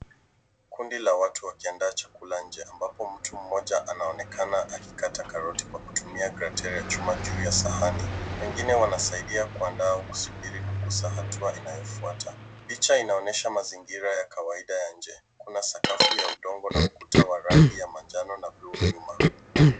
Kundi la watu wakiandaa chakula nje ambapo mtu mmoja anaonekana akikata karoti kwa kutumia grater ya chuma juu ya sahani, wengine wanasaidia kuandaa au kusubiri kukuza hatua inayofuata. Picha inaonyesha mazingira ya kawaida ya nje, kuna sakafu ya udongo na ukuta wa rangi ya manjano na bluu nyuma.